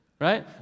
right